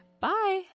Bye